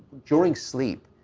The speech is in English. during sleep.